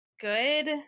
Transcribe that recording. good